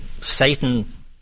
Satan